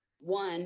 one